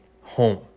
home